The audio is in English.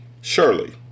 Surely